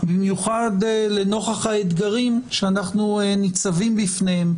במיוחד לנוכח האתגרים שאנחנו ניצבים בפניהם,